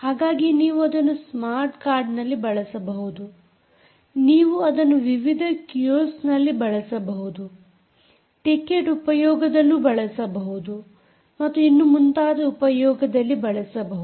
ಹಾಗಾಗಿ ನೀವು ಅದನ್ನು ಸ್ಮಾರ್ಟ್ ಕಾರ್ಡ್ಸ್ನಲ್ಲಿ ಬಳಸಬಹುದು ನೀವು ಅದನ್ನು ವಿವಿಧ ಕಿಓಸ್ಕ್ ನಲ್ಲಿ ಬಳಸಬಹುದು ಟಿಕೆಟ್ ಉಪಯೋಗದಲ್ಲೂ ಬಳಸಬಹುದು ಮತ್ತು ಇನ್ನೂ ಮುಂತಾದ ಉಪಯೋಗದಲ್ಲಿ ಬಳಸಬಹುದು